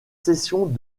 sessions